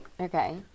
Okay